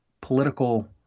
political